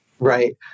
Right